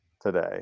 today